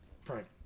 Frank